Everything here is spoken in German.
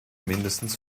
mindestens